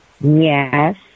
yes